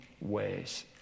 ways